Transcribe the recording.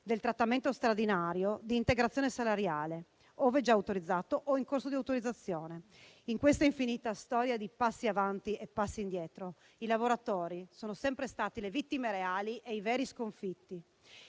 del trattamento straordinario di integrazione salariale, ove già autorizzato o in corso di autorizzazione. In questa infinita storia di passi avanti e passi indietro, i lavoratori sono sempre stati le vittime reali e i veri sconfitti.